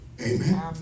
Amen